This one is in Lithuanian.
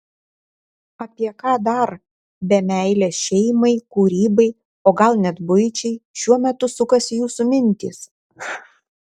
apie ką dar be meilės šeimai kūrybai o gal net buičiai šiuo metu sukasi jūsų mintys